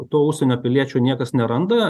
to užsienio piliečių niekas neranda